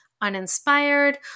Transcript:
uninspired